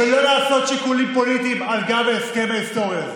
ולא לעשות שיקולים פוליטיים על גב ההסכם ההיסטורי הזה.